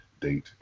date